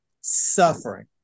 suffering